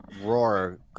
roar